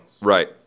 Right